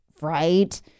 right